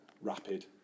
rapid